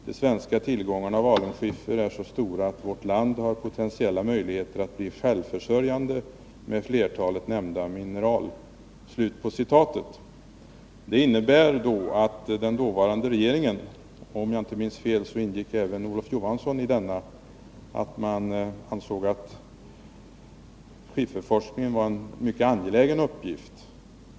De svenska tillgångarna av alunskiffer är så stora att vårt land har potentiella möjligheter att bli självförsörjande med flertalet nämnda mineral.” Detta innebär att den dåvarande regeringen — om jag inte minns fel ingick även Olof Johansson i denna — ansåg att skifferforskningen var en mycket angelägen uppgift.